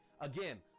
Again